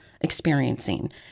experiencing